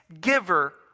giver